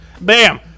Bam